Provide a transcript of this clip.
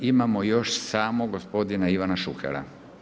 I imamo još samo gospodina Ivana Šukera.